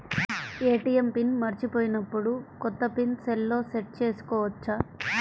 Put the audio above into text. ATM PIN మరచిపోయినప్పుడు, కొత్త PIN సెల్లో సెట్ చేసుకోవచ్చా?